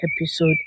episode